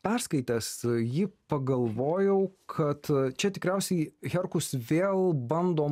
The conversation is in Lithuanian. perskaitęs jį pagalvojau kad čia tikriausiai herkus vėl bando